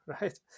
right